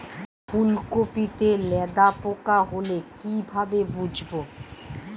ফুলকপিতে লেদা পোকা হলে কি ভাবে বুঝবো?